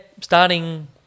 starting